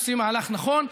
עושים מהלך נכון,